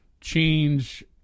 change